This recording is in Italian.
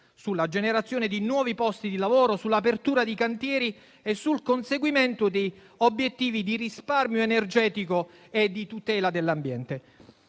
sulla generazione di nuovi posti di lavoro, sull'apertura di cantieri e sul conseguimento di obiettivi di risparmio energetico e di tutela dell'ambiente.